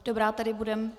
Dobrá, tedy budeme...